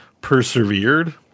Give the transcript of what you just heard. persevered